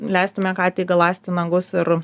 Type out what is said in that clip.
leistume katei galąsti nagus ir